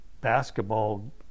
basketball